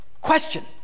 Question